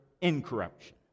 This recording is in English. incorruption